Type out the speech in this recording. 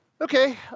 okay